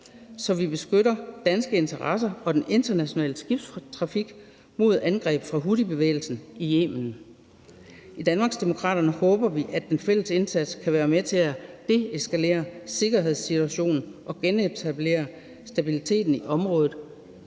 så vi beskytter danske interesser og den internationale skibstrafik mod angreb fra houthibevægelsen i Yemen. I Danmarksdemokraterne håber vi, at den fælles indsats kan være med til at deeskalere sikkerhedssituationen og genetablere stabiliteten i området